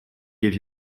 give